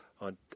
on